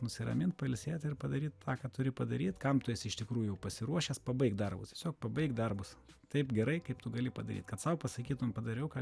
nusiramint pailsėt ir padaryt tą ką turi padaryt kam tu esi iš tikrųjų pasiruošęs pabaigt darbus tiesiog pabaigt darbus taip gerai kaip tu gali padaryt kad sau pasakytum padariau ką